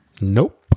Nope